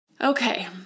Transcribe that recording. Okay